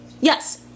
yes